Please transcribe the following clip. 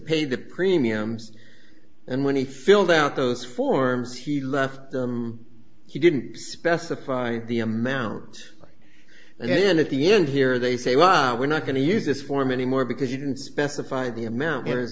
pay the premiums and when he filled out those forms he left them he didn't specify the amount and then at the end here they say well we're not going to use this form anymore because you didn't specify the america